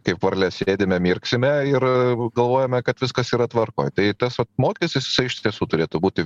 kaip varlės sėdime mirksime ir galvojame kad viskas yra tvarkoj tai tas va mokestis jisai iš tiesų turėtų būti